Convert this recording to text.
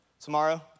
tomorrow